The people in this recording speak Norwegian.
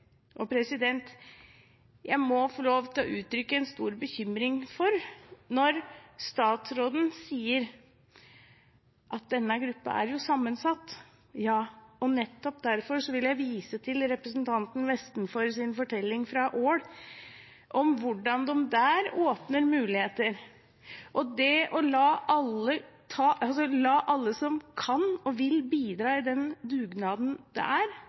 Jeg må få lov til å uttrykke en stor bekymring. Statsråden sier at denne gruppen er jo sammensatt. Ja, og nettopp derfor vil jeg vise til representanten Vestenfors fortelling fra Ål, om hvordan de der åpner muligheter. Det å la alle som kan og vil, bidra i den dugnaden det er